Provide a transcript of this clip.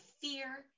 fear